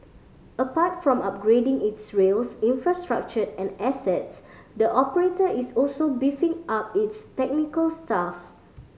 apart from upgrading its rail infrastructure and assets the operator is also beefing up its technical staff